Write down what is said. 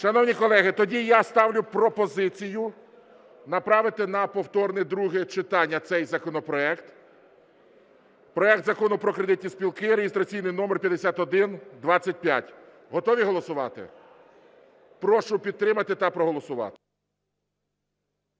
Шановні колеги, тоді я ставлю пропозицію направити на повторне друге читання цей законопроект - проект Закону про кредитні спілки (реєстраційний номер 5125). Готові голосувати? Прошу підтримати та проголосувати.